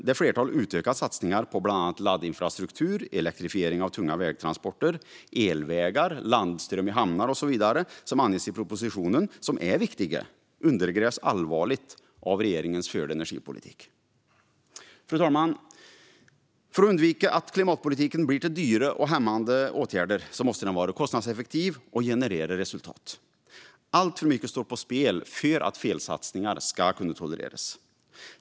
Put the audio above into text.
Det flertal utökade satsningar på laddinfrastruktur, elektrifiering av tunga vägtransporter, elvägar, landström i hamnar och så vidare som anges i propositionen, och som är viktiga, undergrävs allvarligt av regeringens förda energipolitik. Fru talman! För att undvika att klimatpolitiken blir till dyra och hämmande åtgärder måste den vara kostnadseffektiv och generera resultat. Alltför mycket står på spel för att felsatsningar ska kunna tolereras.